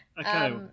Okay